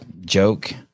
joke